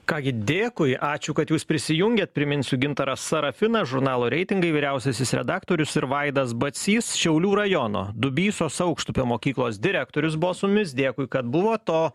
ką gi dėkui ačiū kad jūs prisijungėt priminsiu gintaras sarafinas žurnalo reitingai vyriausiasis redaktorius ir vaidas bacys šiaulių rajono dubysos aukštupio mokyklos direktorius buvo su mumis dėkui kad buvot o